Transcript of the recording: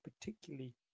particularly